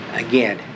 Again